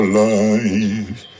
life